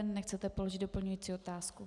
Nechcete položit doplňující otázku.